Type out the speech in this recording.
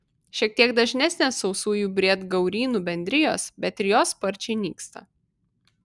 šiek tiek dažnesnės sausųjų briedgaurynų bendrijos bet ir jos sparčiai nyksta